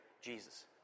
Jesus